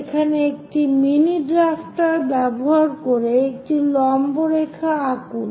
সেখানে একটি mini drafter ব্যবহার করে একটি লম্ব রেখা আঁকুন